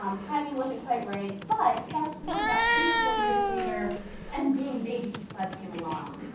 um timing wasn't quite right but fast forward about three or four years later and boom baby spud came along.